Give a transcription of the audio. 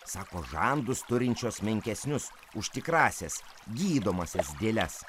sako žandus turinčios menkesnius už tikrąsias gydomąsias dėles